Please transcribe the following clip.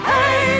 Hey